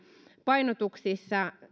painotuksissa